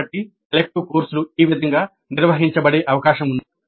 కాబట్టి ఎలెక్టివ్ కోర్సులు ఈ విధంగా నిర్వహించబడే అవకాశం ఉంది